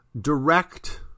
direct